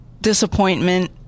disappointment